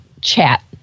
chat